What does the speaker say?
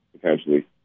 potentially